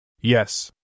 Yes